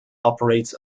operates